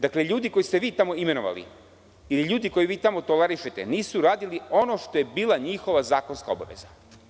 Dakle, ljudi koje ste vi tamo imenovali ili ljudi koje vi tamo tolerišete nisu radili ono što je bila njihova zakonska obaveza.